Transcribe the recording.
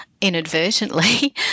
inadvertently